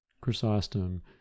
Chrysostom